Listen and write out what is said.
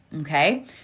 Okay